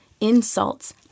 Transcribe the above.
insults